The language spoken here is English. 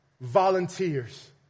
volunteers